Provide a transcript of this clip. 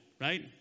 right